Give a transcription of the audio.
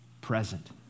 present